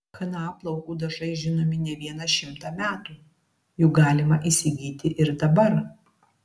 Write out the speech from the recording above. chna plaukų dažai žinomi ne vieną šimtą metų jų galima įsigyti ir dabar